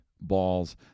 balls